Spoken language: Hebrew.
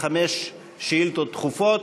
חמש שאילתות דחופות.